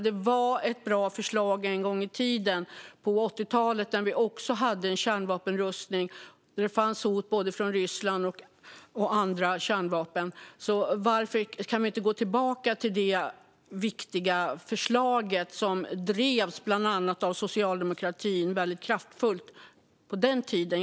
Det var ett bra förslag en gång i tiden, på 80-talet, när vi också hade en kärnvapenrustning. Det fanns hot från både Ryssland och andra. Varför kan vi inte gå tillbaka till det viktiga förslaget, som bland annat drevs väldigt kraftfullt av socialdemokratin på den tiden?